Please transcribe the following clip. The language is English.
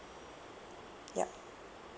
yup